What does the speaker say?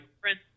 friends